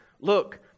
Look